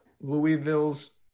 Louisville's